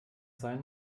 sein